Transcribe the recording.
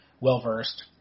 well-versed